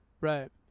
right